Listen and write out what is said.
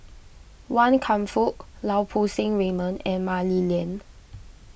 Wan Kam Fook Lau Poo Seng Raymond and Mah Li Lian